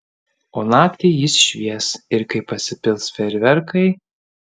o naktį jis švies ir kai pasipils fejerverkai